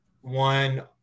one